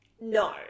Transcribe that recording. No